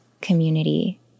community